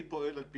גיורא, בוא נתקדם.